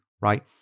right